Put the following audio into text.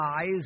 eyes